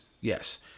Yes